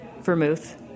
vermouth